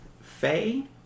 Faye